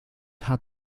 had